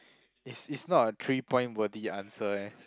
it's it's not a three point worthy answer leh